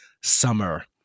summer